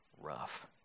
rough